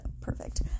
perfect